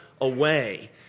away